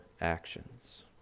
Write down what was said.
actions